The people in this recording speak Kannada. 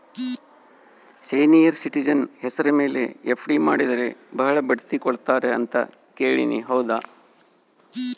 ಸೇನಿಯರ್ ಸಿಟಿಜನ್ ಹೆಸರ ಮೇಲೆ ಎಫ್.ಡಿ ಮಾಡಿದರೆ ಬಹಳ ಬಡ್ಡಿ ಕೊಡ್ತಾರೆ ಅಂತಾ ಕೇಳಿನಿ ಹೌದಾ?